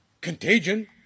contagion